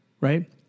Right